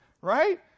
right